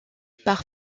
par